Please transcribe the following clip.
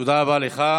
תודה רבה לך.